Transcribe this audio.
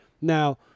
Now